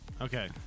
Okay